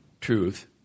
truth